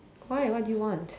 why what do you want